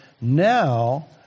Now